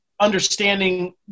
understanding